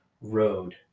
road